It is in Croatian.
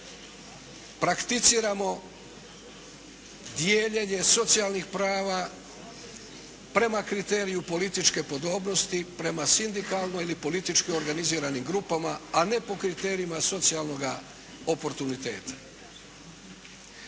Prakticiramo dijeljenje socijalnih prava prema kriteriju političke podobnosti, prema sindikalno ili politički organiziranim grupama a ne po kriterijima socijalnoga oportuniteta.